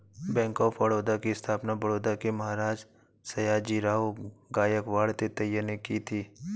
bank of Baroda की स्थापना बड़ौदा के महाराज सयाजीराव गायकवाड तृतीय ने की थी